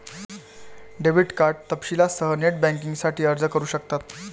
debit card तपशीलांसह net बँकिंगसाठी अर्ज करू शकतात